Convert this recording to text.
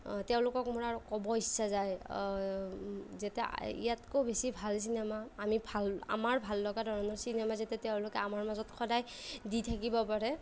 তেওঁলোকক মোৰ আৰু ক'ব ইচ্ছা যায় যাতে ইয়াতকৈও বেছি ভাল চিনেমা আমি ভাল আমাৰ ভাল লগা ধৰণৰ চিনেমা যাতে তেওঁলোকে আমাৰ মাজত সদায় দি থাকিব পাৰে